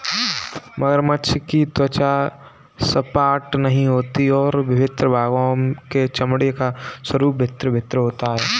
मगरमच्छ की त्वचा सपाट नहीं होती और विभिन्न भागों के चमड़े का स्वरूप भिन्न भिन्न होता है